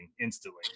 instantly